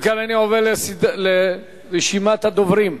אם כן, אני עובר לרשימת הדוברים.